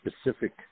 specific